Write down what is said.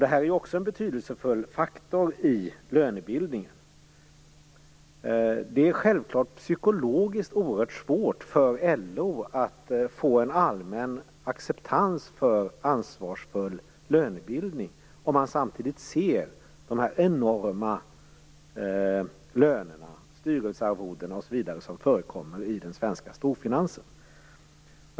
Det är också en betydelsefull faktor i lönebildningen. Det är självklart psykologiskt oerhört svårt för LO att få en allmän acceptans för ansvarsfull lönebildning om man samtidigt ser de enorma lönerna, styrelsearvodena osv. som förekommer i den svenska storfinansen.